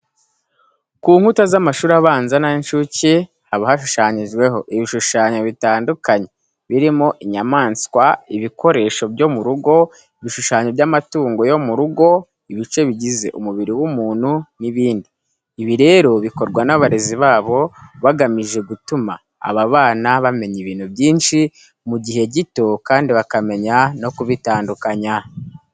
Ku nkuta z'amashuri abanza n'ay'incuke haba hashushanyijeho ibishushanyo bitandukanye birimo inyamaswa, ibikoresho byo mu rugo, ibishushanyo by'amatungo yo mu rugo, ibice bigize umubiri w'umuntu n'ibindi. Ibi rero bikorwa n'abarezi babo bagamije gutuma aba bana bamenya ibintu byinshi mu gihe gito kandi bakamenya no kubitandukanya.